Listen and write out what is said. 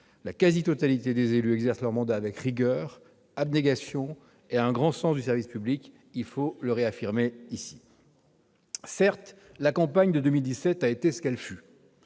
la quasi-totalité des élus exercent leur mandat avec rigueur, abnégation et un grand sens du service public, et il faut le réaffirmer ici. Certes, la campagne électorale de 2017 a été ce qu'elle fut.